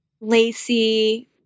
Lacey